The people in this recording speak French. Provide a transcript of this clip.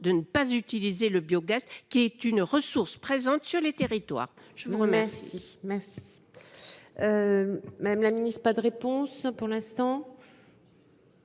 de ne pas utiliser le biogaz, qui est une ressource présente sur les territoires. Je vous remercie. Metz. Même la nuit. Pas de réponse pour l'instant.